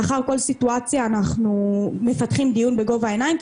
ולאחר כל סיטואציה אנחנו מפתחים דיון בגובה העיניים.